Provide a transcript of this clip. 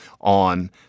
on